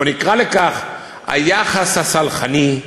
או נקרא לכך: היחס הסלחני,